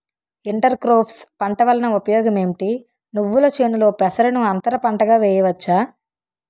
Inter crops పంట వలన ఉపయోగం ఏమిటి? నువ్వుల చేనులో పెసరను అంతర పంటగా వేయవచ్చా?